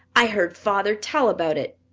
i heard father tell about it.